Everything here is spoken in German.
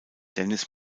dennis